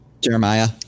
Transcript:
Jeremiah